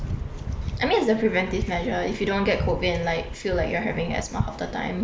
I mean it's a preventive measure if you don't want get COVID and like feel like you're having asthma half the time